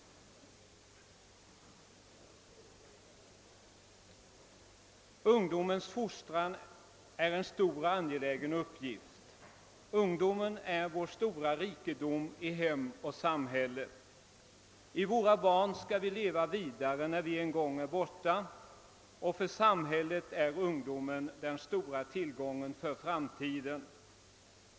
Ungdomens fostran är en stor och angelägen uppgift. Ungdomen är vår stora rikedom i hem och samhälle. I våra barn skall vi leva vidare när vi en gång är borta, och för samhället är ungdomen den stora tillgången för framtiden.